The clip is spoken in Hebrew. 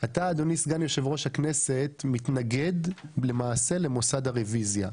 אדוני סגן יושב ראש הכנסת למעשה מתנגד למוסד הרוויזיה.